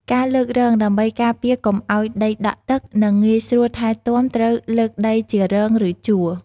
ការលើករងដើម្បីការពារកុំឲ្យដីដក់ទឹក និងងាយស្រួលថែទាំ ត្រូវលើកដីជា រង ឬ ជួរ។